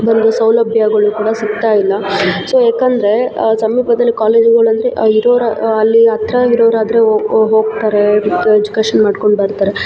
ಒಂದು ಸೌಲಭ್ಯಗಳು ಕೂಡ ಸಿಗ್ತಾಯಿಲ್ಲ ಸೋ ಏಕೆಂದ್ರೆ ಸಮೀಪದಲ್ಲಿ ಕಾಲೇಜುಗಳೆಂದ್ರೆ ಇರೋರ ಅಲ್ಲಿ ಹತ್ರ ಇರೋರಾದರೆ ಹೋಗ್ತಾರೆ ಮತ್ತೆ ಎಜುಕೇಷನ್ ಮಾಡ್ಕೊಂಡು ಬರ್ತಾರೆ